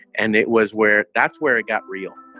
and it was where that's where it got real